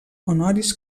honoris